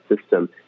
system